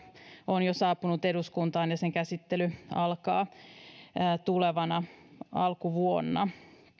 on jo saapunut eduskuntaan ja sen käsittely alkaa alkuvuonna